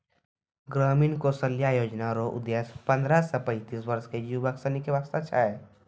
ग्रामीण कौशल्या योजना रो उद्देश्य पन्द्रह से पैंतीस वर्ष के युवक सनी के वास्ते छै